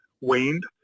waned